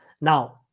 now